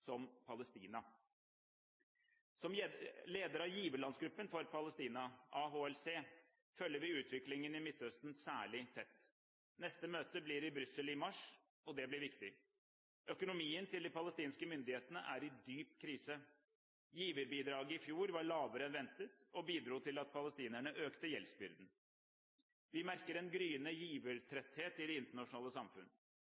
som Palestina. Som leder av giverlandsgruppen for Palestina, AHLC, følger vi utviklingen i Midtøsten særlig tett. Neste møte blir i Brussel i mars, og det blir viktig. Økonomien til de palestinske myndighetene er i dyp krise. Giverbidraget i fjor var lavere enn ventet og bidro til at palestinerne økte gjeldsbyrden. Vi merker en gryende